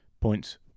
points